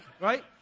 right